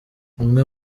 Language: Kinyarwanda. umwe